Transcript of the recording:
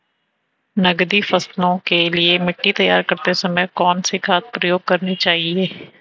नकदी फसलों के लिए मिट्टी तैयार करते समय कौन सी खाद प्रयोग करनी चाहिए?